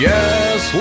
Yes